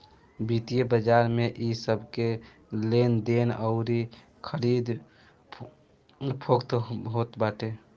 वित्तीय बाजार में इ सबके लेनदेन अउरी खरीद फोक्त होत बाटे